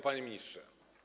Panie Ministrze!